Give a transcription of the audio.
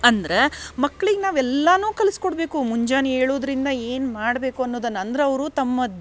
ಅಂದ್ರೆ ಮಕ್ಳಿಗೆ ನಾವು ಎಲ್ಲಾನು ಕಲಸ್ಕೊಡಬೇಕು ಮುಂಜಾನೆ ಏಳುದರಿಂದ ಏನು ಮಾಡಬೇಕು ಅನ್ನೋದನ್ನು ಅಂದ್ರೆ ಅವರು ತಮ್ಮ